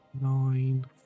Nine